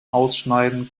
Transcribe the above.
ausschneiden